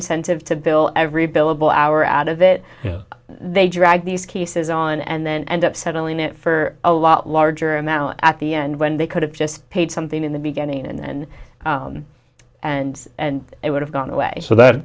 incentive to bill every billable hour out of it they drag these cases on and then end up settling it for a lot larger amount at the end when they could have just paid something in the beginning and then and and it would have gone away so that